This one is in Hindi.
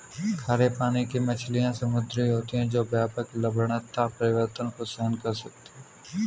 खारे पानी की मछलियाँ समुद्री होती हैं जो व्यापक लवणता परिवर्तन को सहन कर सकती हैं